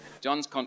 John's